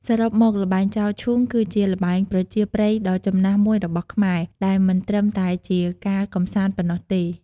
សរុបមក ល្បែងចោលឈូង គឺជាល្បែងប្រជាប្រិយដ៏ចំណាស់មួយរបស់ខ្មែរ ដែលមិនត្រឹមតែជាការកម្សាន្តប៉ុណ្ណោះទេ ។